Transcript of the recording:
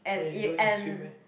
and you don't eat sweet meh